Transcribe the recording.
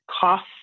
cost